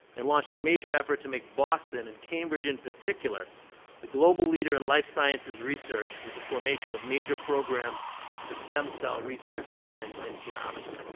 and launched a major effort to make boston and cambridge in particular the global leader in life sciences research with the formation of major programs for stem cell research and and genomics.